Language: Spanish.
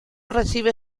recibe